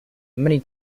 many